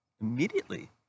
immediately